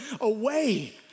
away